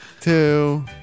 two